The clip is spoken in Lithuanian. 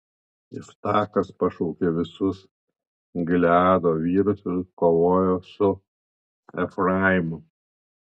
iftachas pašaukė visus gileado vyrus ir kovojo su efraimu